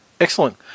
excellent